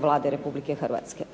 Vlada Republike Hrvatske.